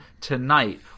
tonight